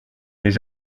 n’est